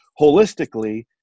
holistically